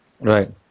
right